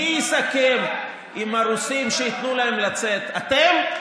מי יסכם עם הרוסים שייתנו להם לצאת, אתם?